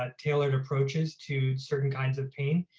ah tailored approaches to certain kinds of pain.